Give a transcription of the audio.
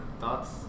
thoughts